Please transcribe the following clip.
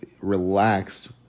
relaxed